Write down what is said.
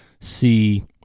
see